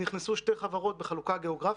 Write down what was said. נכנסו שתי חברות בחלוקה גאוגרפית,